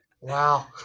Wow